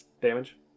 Damage